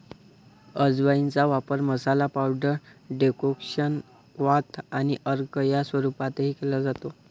अजवाइनचा वापर मसाला, पावडर, डेकोक्शन, क्वाथ आणि अर्क या स्वरूपातही केला जातो